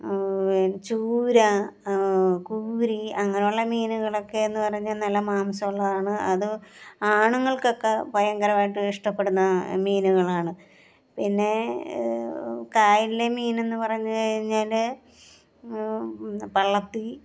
ചൂരാ കൂരി അങ്ങനെയുള്ള മീനുകളൊക്കെ എന്ന് പറഞ്ഞാൽ നല്ല മാംസമുള്ളതാണ് അത് ആണുങ്ങൾക്കൊക്കെ ഭയങ്കരമായിട്ട് ഇഷ്ടപ്പെടുന്ന മീനുകളാണ് പിന്നെ കായലിലെ മീനെന്നു പറഞ്ഞു കഴിഞ്ഞാൽ പള്ളത്തി